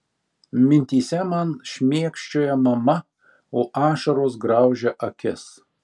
mintyse man šmėkščioja mama o ašaros graužia akis